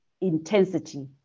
intensity